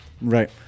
Right